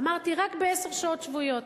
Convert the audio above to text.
אמרתי: רק בעשר שעות שבועיות.